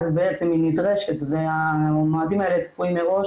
אז בעצם היא נדרשת והמועדים האלה צפויים מראש